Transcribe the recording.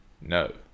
No